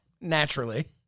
Naturally